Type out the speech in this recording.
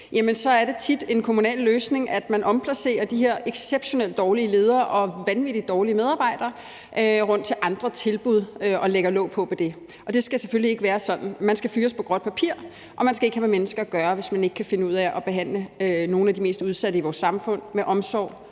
er, at det tit er en kommunal løsning, at man omplacerer de her exceptionelt dårlige ledere og vanvittig dårlige medarbejdere til andre tilbud og lægger låg på det. Det skal selvfølgelig ikke være sådan. Man skal fyres på gråt papir, og man skal ikke have med mennesker at gøre, hvis man ikke kan finde ud af at behandle nogle af de mest udsatte i vores samfund med omsorg